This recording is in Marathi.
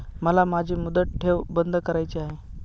मला माझी मुदत ठेव बंद करायची आहे